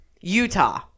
Utah